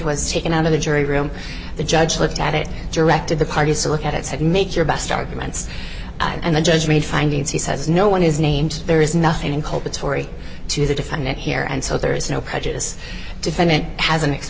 was taken out of the jury room the judge looked at it directed the parties to look at it said make your best arguments and the judge made findings he says no one is named there is nothing cold but story to the defendant here and so there is no prejudice defendant has a